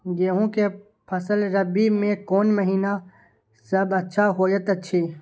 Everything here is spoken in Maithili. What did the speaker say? गेहूँ के फसल रबि मे कोन महिना सब अच्छा होयत अछि?